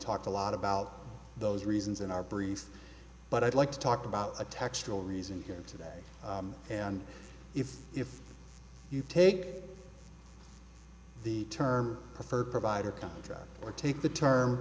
talked a lot about those reasons in our brief but i'd like to talk about a textural reason here today and if if you take the term preferred provider contract or take the term